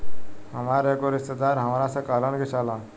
हामार एगो रिस्तेदार हामरा से कहलन की चलऽ